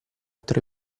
tre